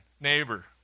neighbor